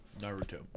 naruto